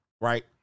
right